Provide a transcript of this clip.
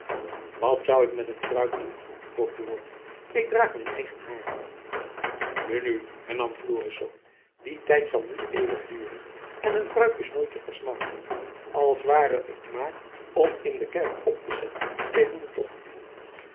wat zoû ik met een pruik doen vroeg buat ik draag mijn eigen hair nu nu hernam florisz die tijd zal niet eeuwig duren en een pruik is nooit te versmaden al ware t maar om in de kerk op te zetten tegen de tocht